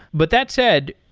but that said,